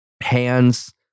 hands